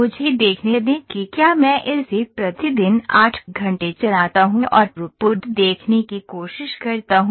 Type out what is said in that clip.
मुझे देखने दें कि क्या मैं इसे प्रतिदिन 8 घंटे चलाता हूं और थ्रूपुट देखने की कोशिश करता हूं